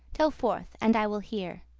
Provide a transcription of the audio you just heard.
tell forth, and i will hear.